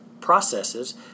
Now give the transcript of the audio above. processes